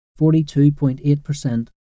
42.8%